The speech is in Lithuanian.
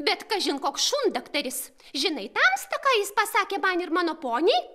bet kažin koks šundaktaris žinai tamsta ką jis pasakė man ir mano poniai